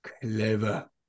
Clever